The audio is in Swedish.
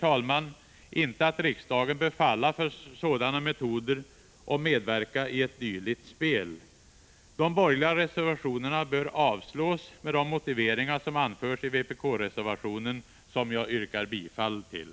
Jag anser inte att riksdagen bör falla för sådana metoder och medverka i ett dylikt spel. De borgerliga reservationerna bör avslås med de motiveringar som anförs i vpk-reservationen, som jag yrkar bifall till.